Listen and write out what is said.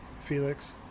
Felix